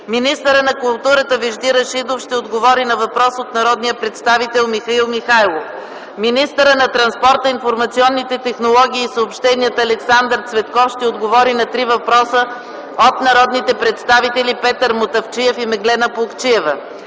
Министърът на културата Вежди Рашидов ще отговори на въпрос от народния представител Михаил Михайлов. Министърът на транспорта, информационните технологии и съобщенията Александър Цветков ще отговори на три въпроса от народните представители Петър Мутафчиев и Меглена Плугчиева.